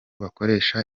bakoresha